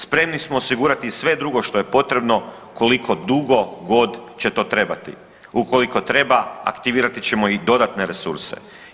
Spremni smo osigurati i sve drugo što je potrebno koliko dugo god će to trebati, ukoliko treba aktivirat ćemo i dodatne resurse.